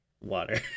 water